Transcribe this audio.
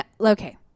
Okay